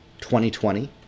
2020